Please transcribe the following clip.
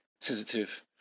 sensitive